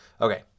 Okay